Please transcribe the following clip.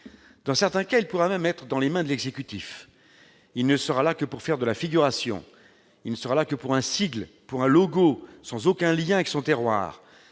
Dans certains cas, il pourra même être dans les mains de l'exécutif. Il ne sera là que pour faire de la figuration. Il ne sera là que pour un sigle ou pour un logo, sans aucun lien avec son terroir.